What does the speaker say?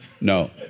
No